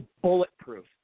bulletproof